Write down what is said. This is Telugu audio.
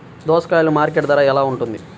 దోసకాయలు మార్కెట్ ధర ఎలా ఉంటుంది?